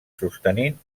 sostenint